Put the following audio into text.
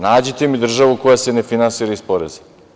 Nađite mi državu koja se ne finansira iz poreza.